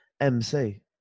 MC